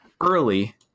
early